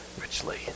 richly